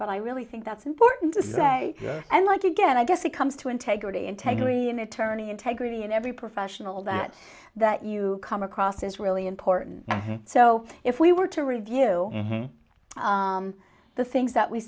but i really think that's important to say and like again i guess it comes to integrity integrity an attorney integrity in every professional that that you come across is really important so if we were to review the things that we